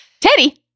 Teddy